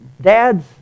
dads